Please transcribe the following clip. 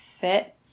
fit